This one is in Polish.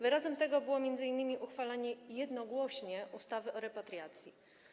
Wyrazem tego było m.in. uchwalenie jednogłośnie ustawy o repatriacji.